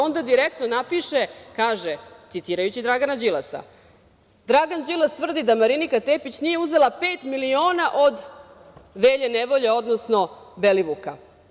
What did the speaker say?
Onda direktno napiše, kaže, citirajući Dragana Đilasa, Dragan Đilas tvrdi da Marinika Tepić nije uzela pet miliona od Velje Nevolje, odnosno Belivuka.